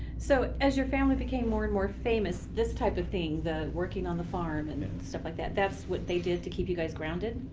so as your family became more and more famous, this type of thing the working on the farm and stuff like that, that's what they did to keep you guys grounded?